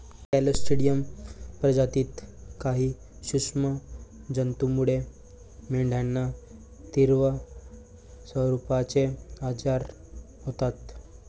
Clostridium प्रजातीतील काही सूक्ष्म जंतूमुळे मेंढ्यांना तीव्र स्वरूपाचे आजार होतात